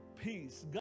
peace